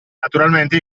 naturalmente